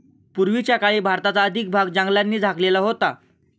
पूर्वीच्या काळी भारताचा अधिक भाग जंगलांनी झाकलेला होता